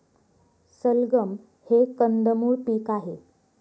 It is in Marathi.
सलगम हे कंदमुळ पीक आहे